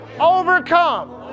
overcome